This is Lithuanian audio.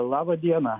laba diena